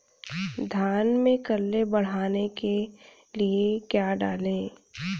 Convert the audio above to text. धान में कल्ले बढ़ाने के लिए क्या डालें?